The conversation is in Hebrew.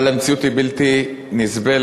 אבל המציאות היא בלתי נסבלת.